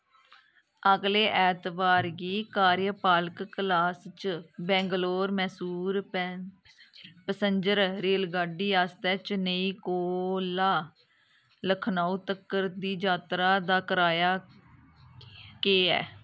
अगले ऐतबार गी कार्यपालक क्लास च बैंगलोर मैसूर पैसंजर रेलगड्डी आस्तै चेन्नई कोला लखनऊ तक्कर दी यात्रा दा कराया केह् ऐ